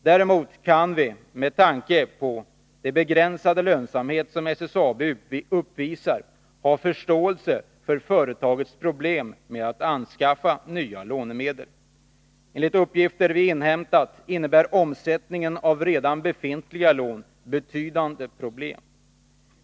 Däremot kan vi med tanke på den begränsade lönsamhet som SSAB uppvisar ha förståelse för företagets problem med att anskaffa nya lånemedel. Enligt uppgifter vi inhämtat innebär omsättningen av redan befintliga lån betydande problem.